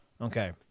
Okay